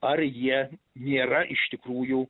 ar jie nėra iš tikrųjų